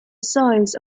size